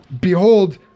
behold